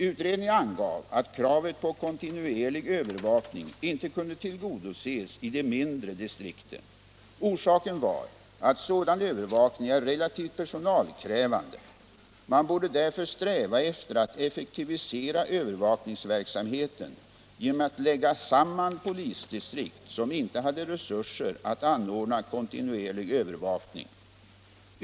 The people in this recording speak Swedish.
Utredningen angav att kravet på kontinuerlig övervakning inte kunde tillgodoses i de mindre distrikten. Orsaken var att sådan övervakning är relativt personalkrävande. Man borde därför sträva efter att effektivisera övervakningsverksamheten genom att lägga samman polisdistrikt som inte hade resurser att anordna kontinuerlig övervakning.